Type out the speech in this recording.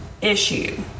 issue